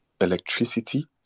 electricity